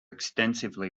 extensively